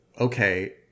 okay